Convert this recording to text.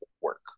work